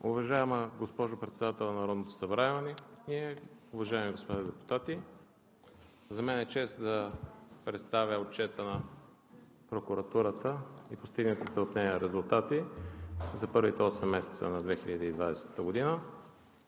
Уважаема госпожо Председател на Народното събрание, уважаеми господа депутати! За мен е чест да представя Отчета на прокуратурата и постигнатите от нея резултати за първите осем месеца на 2020 г.